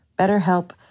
BetterHelp